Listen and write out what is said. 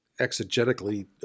exegetically